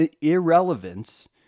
irrelevance